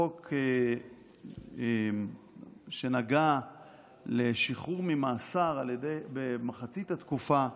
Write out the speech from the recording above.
חוק שנגע לשחרור ממאסר במחצית התקופה,